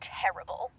terrible